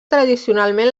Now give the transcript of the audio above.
tradicionalment